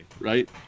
right